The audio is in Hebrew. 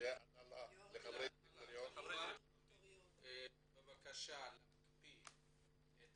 אחרונות בבקשה להקפיא את